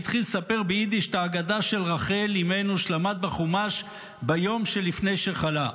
והתחיל לספר ביידיש את האגדה של רחל אימנו שלמד בחומש ביום שלפני שחלה.